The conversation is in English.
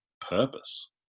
purpose